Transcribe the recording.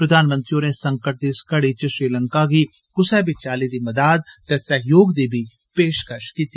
प्रधानमंत्री होरें संकट दी इस घड़ी च श्रीलंका गी क्सै बी चाली दी मदाद ते सहयोग दी पेशकश बी कीती